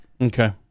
Okay